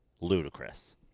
ludicrous